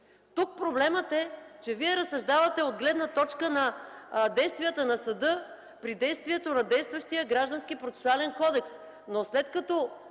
Тук проблемът е, че Вие разсъждавате от гледна точка на действията на съда при действието на действащия Граждански процесуален кодекс. Но след като